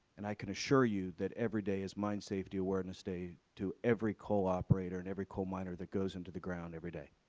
and i can assure you that every day is mine safety awareness day to every coal operator and every coal miner that goes into the ground every day.